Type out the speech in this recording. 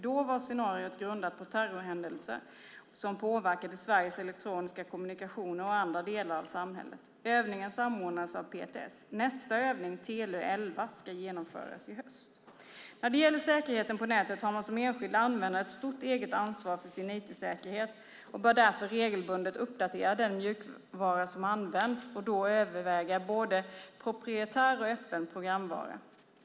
Då var scenariot grundat på terrorhändelser som påverkade Sveriges elektroniska kommunikationer och andra delar av samhället. Övningen samordnades av PTS. Nästa övning, Telö 11, ska genomföras i höst. När det gäller säkerheten på nätet har man som enskild användare ett stort eget ansvar för sin IT-säkerhet och bör därför regelbundet uppdatera den mjukvara som används och då överväga både proprietär och öppen programvara.